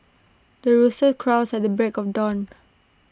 the rooster crows at break of dawn